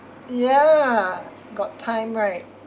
ya got time right